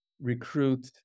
recruit